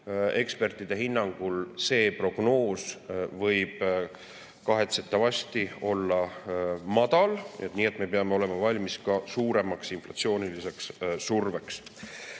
Ekspertide hinnangul võib see prognoos kahetsetavasti olla liiga madal, nii et me peame olema valmis ka suuremaks inflatsiooniliseks surveks.